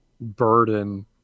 burden